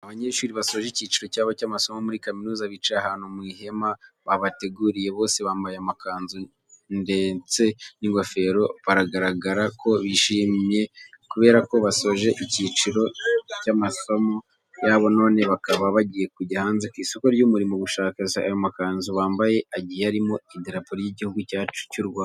Abanyeshuri basoje ikiciro cyabo cy'amasomo muri kaminuza, bicaye ahantu mu ihema babateguriye. Bose bambaye amakanzu ndetse n'ingofero, biragaragara ko bishimye kubera ko basoje ikiciro cy'amasomo yabo none bakaba bagiye kujya hanze ku isoko ry'umurimo gushaka akazi. Ayo makanzu bambaye agiye arimo idarapo ry'igihugu cyacu cy'u Rwanda.